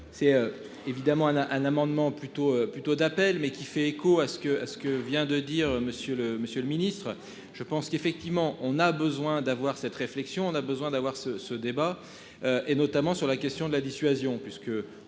C'est évidemment un à un amendement plutôt plutôt d'appel mais qui fait écho à ce que, à ce que vient de dire monsieur le monsieur le ministre, je pense qu'effectivement on a besoin d'avoir cette réflexion, on a besoin d'avoir ce ce débat. Et notamment sur la question de la dissuasion puisque